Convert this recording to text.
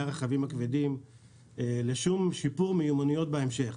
הרכבים הכבדים לשום שיפור מיומנויות בהמשך.